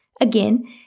Again